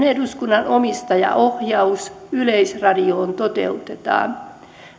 eduskunnan omistajaohjaus yleisradioon toteutetaan